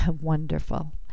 Wonderful